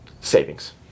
savings